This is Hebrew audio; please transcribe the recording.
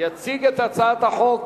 יציג את הצעת החוק